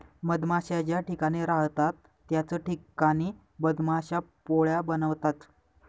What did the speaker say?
मधमाश्या ज्या ठिकाणी राहतात त्याच ठिकाणी मधमाश्या पोळ्या बनवतात